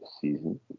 season